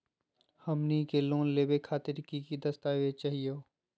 हमनी के लोन लेवे खातीर की की दस्तावेज चाहीयो?